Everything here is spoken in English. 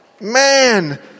man